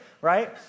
right